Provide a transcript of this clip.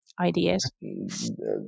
ideas